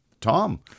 Tom